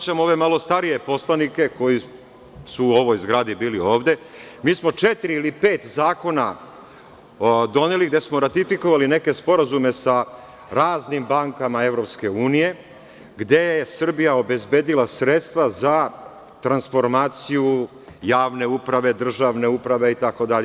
ove malo starije poslanike koji su u ovoj zgradi bili ovde, mi smo četiri ili pet zakona doneli gde smo ratifikovali neke sporazume sa raznim bankama EU, gde je Srbija obezbedila sredstva za transformaciju javne uprave, državne uprave, itd.